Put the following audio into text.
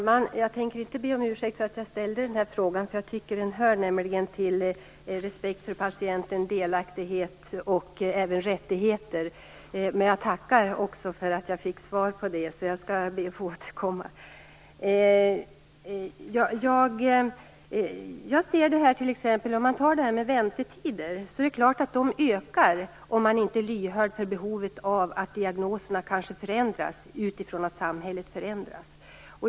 Fru talman! Jag tänker inte be om ursäkt för att jag ställde den där frågan. Jag tycker nämligen att den hör ihop med respekt för patienten, delaktighet och även rättigheter. Men jag tackar för att fick svar på detta, och jag skall be att få återkomma. Väntetiderna ökar förstås om man inte är lyhörd för behovet av att diagnoserna kanske förändras utifrån att samhället förändras.